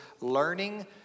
learning